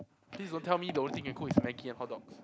please don't tell me the only thing you cook is Maggi and hotdogs